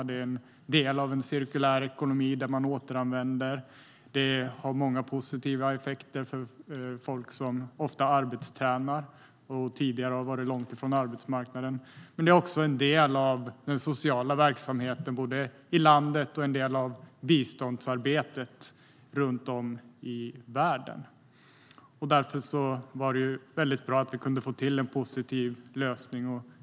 Secondhandsektorn är en del av en cirkulär ekonomi där man återanvänder, vilket har många positiva effekter för folk som arbetstränar och tidigare har varit långt från arbetsmarknaden. Men den är också en del av den sociala verksamheten i landet men också en del av biståndsarbetet runt om i världen. Därför var det mycket bra att vi kunde få till en positiv lösning.